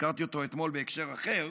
הזכרתי אותו אתמול בהקשר אחר,